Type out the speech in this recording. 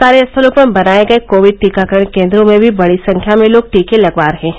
कार्यस्थलों पर बनाये गये कोविड टीकाकरण केन्द्रों में भी बड़ी संख्या में लोग टीके लगवा रहे हैं